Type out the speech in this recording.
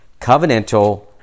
covenantal